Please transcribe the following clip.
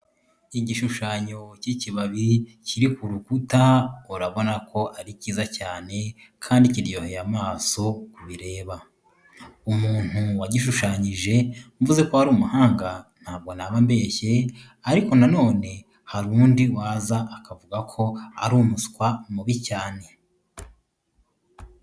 Igishushanyo cy'ikibabi kiri ku rukuta, urabona ko ari kiza cyane kandi kiryoheye amaso ku kireba. Umuntu wagishushanyije mvuze ko ari umuhanga ntabwo naba nibeshye, ariko na none hari undi waza akavuga ko ari umuswa mubi cyane.